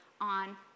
on